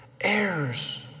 heirs